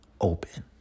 open